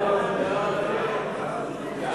ההצעה להעביר את הצעת חוק למניעת הטרדה מינית (תיקון,